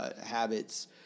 habits